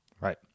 Right